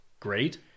Great